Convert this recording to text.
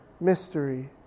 mystery